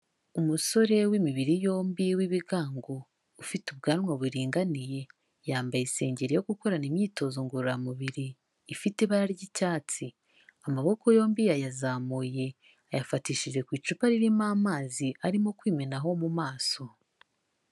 Umusore w'imibiri yombi w'ibigango, ufite ubwanwa buringaniye, yambaye isengeri yo gukorana imyitozo ngororamubiri ifite ibara ry'icyatsi. Amaboko yombi yayazamuye yayafatishije ku icupa ririmo amazi arimo kwimenaho mu maso.